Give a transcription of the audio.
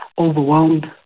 overwhelmed